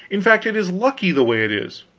in fact, it is lucky the way it is.